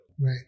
Right